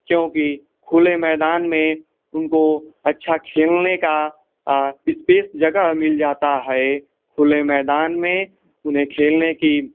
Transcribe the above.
क्योंकि खुले मैदान में उनको अच्छा खेलने का इस्पेस जगह मिल जाता है खुले मैदान में उन्हें खेलने कि